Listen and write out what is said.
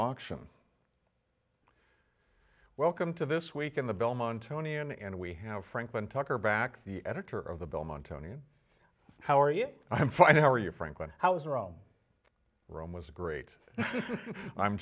auction welcome to this week in the belmont tony and we have franklin tucker back the editor of the belmont tony how are you i'm fine how are you frankly how zero rome was great i'm